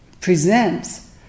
presents